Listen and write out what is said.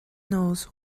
knows